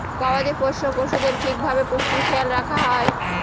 গবাদি পোষ্য পশুদের ঠিক ভাবে পুষ্টির খেয়াল রাখা হয়